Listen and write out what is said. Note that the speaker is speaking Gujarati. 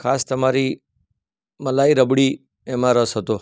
ખાસ તમારી મલાઈ રબડી એમાં રસ હતો